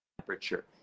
temperature